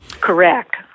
Correct